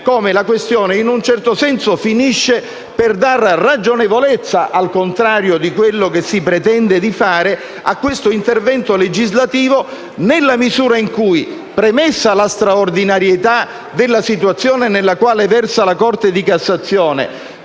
come la questione in un certo senso finisce per dare ragionevolezza, al contrario di quello che si pretende di fare, a questo intervento legislativo, nella misura in cui, premessa la straordinarietà della situazione nella quale versa la Corte di cassazione,